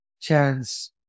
chance